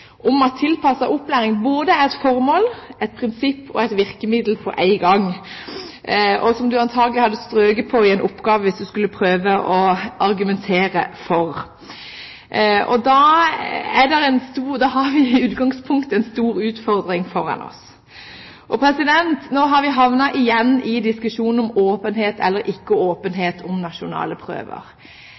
opplæring både er et formål, et prinsipp og et virkemiddel – alt på en gang – og som man antakelig hadde strøket på i en oppgave hvis man skulle prøve å argumentere for. Og da har vi i utgangspunktet en stor utfordring foran oss. Nå har vi igjen havnet i en diskusjon om åpenhet eller ikke åpenhet om nasjonale prøver.